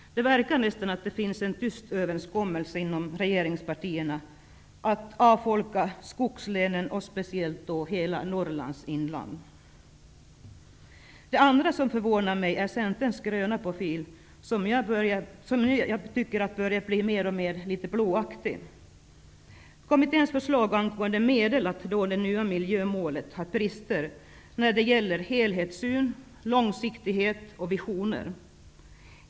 Det verkar nästan som att det finns en tyst överenskommelse inom regeringspartierna om att avfolka skogslänen och speciellt hela Norrlands inland. Det andra som förvånar mig är Centerns gröna profil, som börjar bli mer och mer blåaktig. Kommitténs förslag angående medel att nå det nya miljömålet har brister när det gäller helhetssyn, långsiktighet och visioner.